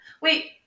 Wait